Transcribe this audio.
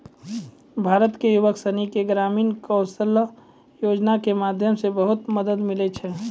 भारत के युवक सनी के ग्रामीण कौशल्या योजना के माध्यम से बहुत मदद मिलै छै